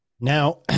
Now